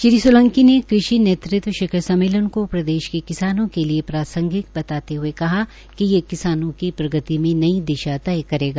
श्री सोलंकी ने कृषि शिखर सम्मेलन को प्रदेश के किसानों के लिए प्रासागिक बताते हुए कहा कि यह किसानों की प्रगति में नई दिशा तय करेगा